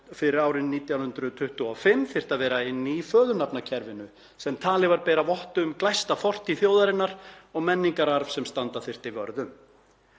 fyrir árið 1925 þyrftu að vera inni í föðurnafnakerfinu, sem talið var bera vott um glæsta fortíð þjóðarinnar og menningararf sem standa þyrfti vörð um.